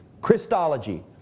Christology